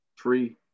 Three